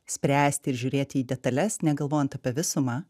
spręsti ir žiūrėti į detales negalvojant apie visumą